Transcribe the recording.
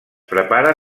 prepara